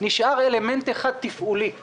נשאר אלמנט תפעולי אחד.